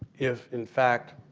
if, in fact,